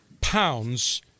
pounds